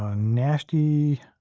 ah nasty,